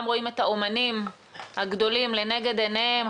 רואים את האומנים הגדולים לנגד עיניהם.